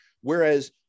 Whereas